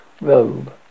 robe